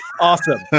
Awesome